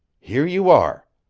here you are.